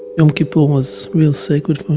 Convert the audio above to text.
yom kippur was real sacred